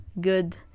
good